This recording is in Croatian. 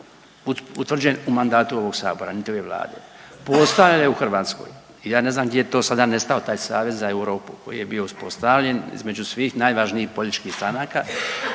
utvrđen u mandatu ovog sabora niti ove vlade. Postojalo je u Hrvatskoj i ja ne znam gdje je to sada nestao taj Savez za Europu koji je bio uspostavljen između svih najvažnijih političkih stranaka